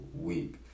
week